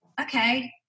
okay